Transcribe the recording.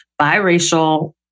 biracial